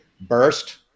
burst